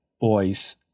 boys